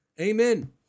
Amen